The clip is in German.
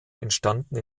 entstanden